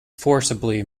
forcibly